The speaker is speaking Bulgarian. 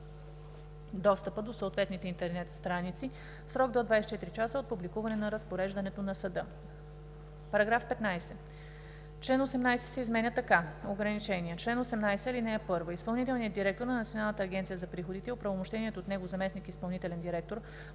достъпа до съответните интернет страници в срок до 24 часа от публикуване на разпореждането на съда.“ § 15. Член 18 се изменя така: „Ограничения Чл. 18. (1) Изпълнителният директор на Националната агенция за приходите и оправомощеният от него заместник изпълнителен директор